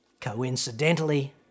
Coincidentally